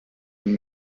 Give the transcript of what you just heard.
ein